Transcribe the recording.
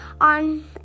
on